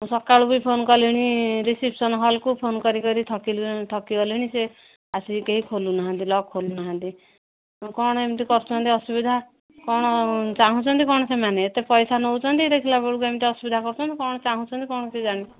ମୁଁ ସକାଳୁ ବି ଫୋନ୍ କଲିଣି ରିସେପ୍ସନ୍ ହଲ୍କୁ ଫୋନ୍ କରିକରି ଥକି ଗଲିଣି ସେ ଆସିକି କେହି ଖୋଲୁ ନାହାନ୍ତି ଲକ୍ ଖୋଲୁ ନାହାନ୍ତି କ'ଣ ଏମିତି କରୁଛନ୍ତି ଅସୁବିଧା କ'ଣ ଚାହୁଁଛନ୍ତି କ'ଣ ସେମାନେ ଏତେ ପଇସା ନେଉଛନ୍ତି ଦେଖିଲା ବେଳକୁ ଏମିତି ଅସୁବିଧା କରୁଛନ୍ତି କ'ଣ ଚାହୁଁଛନ୍ତି କ'ଣ ସେ ଜାଣି